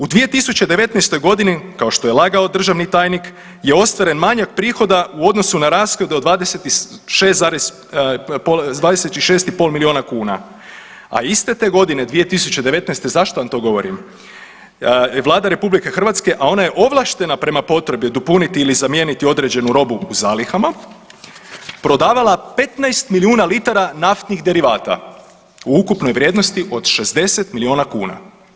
U 2019.g. kao što je lagao državni tajnik je ostvaren manjak prihoda u odnosu na rashode od 26,5 milijuna kuna, a iste te godine 2019., zašto vam to govorim, Vlada RH, a ona je ovlaštena prema potrebi dopuniti ili zamijeniti određenu robu u zalihama prodavala 15 milijuna litara naftnih derivata u ukupnoj vrijednosti od 60 milijuna kuna.